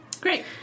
Great